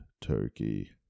turkey